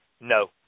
No